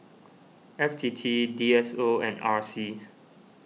F T T D S O and R C